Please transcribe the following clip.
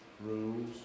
rules